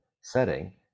setting